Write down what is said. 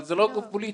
אבל זה לא גוף פוליטי.